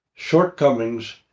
shortcomings